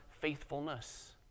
faithfulness